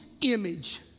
image